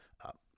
up